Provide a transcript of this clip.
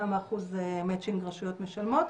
כמה אחוז מצ'ינג רשויות משלמות,